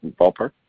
ballpark